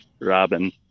Robin